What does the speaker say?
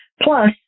Plus